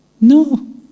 No